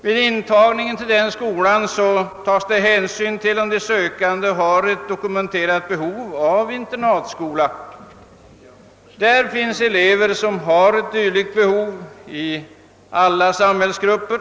Vid intagningen till skolan tas det hänsyn till om de sökande har ett dokumenterat behov av att gå på internatskola — elever med ett dylikt behov påträffas i alla samhällsgrupper.